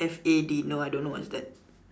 F A D no I don't know what is that